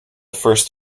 first